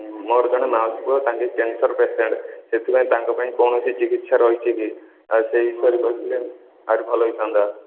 ମୋର ଜଣେ ମାଉସୀ ପୁଅ ତାଙ୍କେ କ୍ୟାନସର ପେସେଣ୍ଟ ସେଥିପାଇଁ ତାଙ୍କ ପାଇଁ କୌଣସି ଚିକିତ୍ସା ରହିଛି କି ଆଉ ସେଇ ହିସାବରେ କହିଥିଲେ ଆହୁରି ଭଲ ହୋଇଥାନ୍ତା